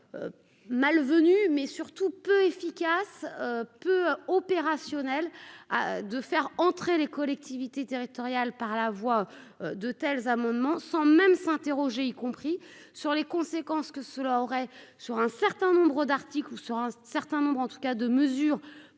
malvenu, mais surtout peu efficace, peu opérationnel de faire entrer les collectivités territoriales, par la voix de tels amendements sans même s'interroger, y compris sur les conséquences que cela aurait sur un certain nombre d'articles ou sur un certain nombre en tout cas de mesures